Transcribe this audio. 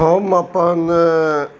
हम अपन